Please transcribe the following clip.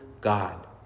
God